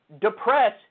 depress